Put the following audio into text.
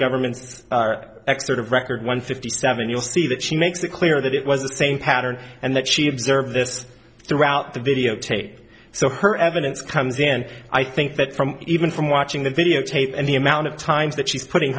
governments extort of record one fifty seven you'll see that she makes it clear that it was the same pattern and that she observed this throughout the videotape so her evidence comes in i think that from even from watching the videotape and the amount of times that she's putting